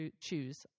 choose